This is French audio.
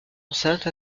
enceinte